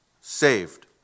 saved